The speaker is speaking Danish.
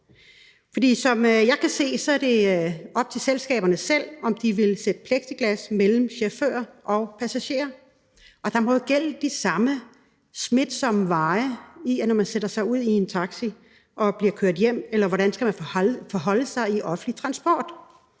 For så vidt jeg kan se, er det op til selskaberne selv, om de vil sætte plexiglas mellem chauffør og passagerer. Og der må jo være de samme smitsomme veje, når man sætter sig ud i en taxi og bliver kørt hjem – hvordan skal man forholde sig i offentlig transport?